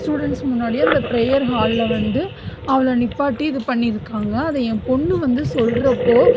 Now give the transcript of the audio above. students முன்னாடியும் அந்த prayer ஹாலில் வந்து அவளை நிற்பாட்டி இது பண்ணியிருக்காங்க அதை என் பொண்ணு வந்து சொல்கிறப்போ